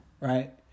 right